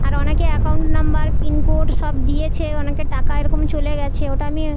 আর অনেকে account number pin code সব দিয়েছে অনেকের টাকা এরকম চলে গেছে ওটা আমি